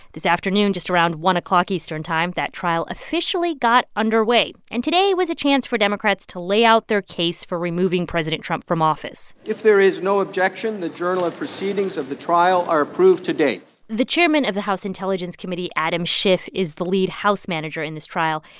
this afternoon, just around one o'clock eastern time, that trial officially got underway. and today was a chance for democrats to lay out their case for removing president trump from office if there is no objection, the journal of proceedings of the trial are approved to date the chairman of the house intelligence committee, adam schiff, is the lead house manager in this trial.